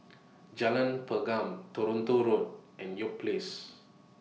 Jalan Pergam Toronto Road and York Place